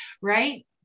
right